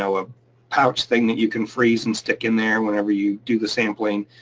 so a pouch thing that you can freeze and stick in there whenever you do the sampling.